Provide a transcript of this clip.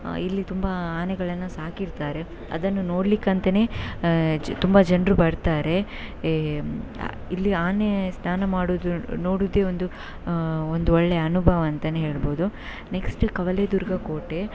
ಇಲ್ಲಿ ತುಂಬ ಆನೆಗಳನ್ನು ಸಾಕಿರ್ತಾರೆ ಅದನ್ನು ನೋಡಲಿಕ್ಕಂತಾನೇ ತುಂಬ ಜನರು ಬರ್ತಾರೆ ಇಲ್ಲಿ ಆನೆ ಸ್ನಾನ ಮಾಡೋದು ನೋಡೋದೇ ಒಂದು ಒಂದು ಒಳ್ಳೆಯ ಅನುಭವ ಅಂತಾನೇ ಹೇಳ್ಬೋದು ನೆಕ್ಸ್ಟು ಕವಲೇದುರ್ಗ ಕೋಟೆ